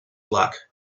luck